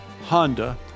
Honda